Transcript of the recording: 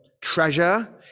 treasure